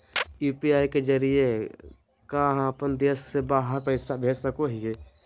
UPI के जरिए का हम देश से बाहर पैसा भेज सको हियय?